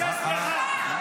תבקש סליחה.